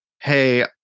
hey